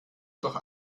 doch